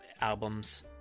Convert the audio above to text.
Albums –